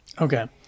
Okay